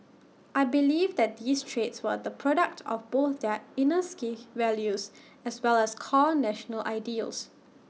I believe that these traits were the product of both their inner Sikh values as well as core national ideals